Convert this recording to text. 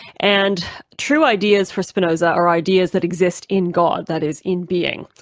and true ideas for spinoza are ideas that exist in god, that is, in being.